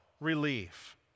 relief